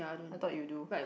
I thought you do